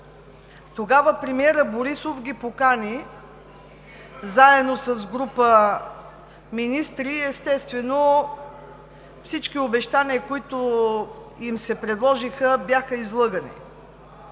Тогава премиерът Борисов ги покани, заедно с група министри. Естествено, по всички обещания, които им се предложиха, бяха излъгани.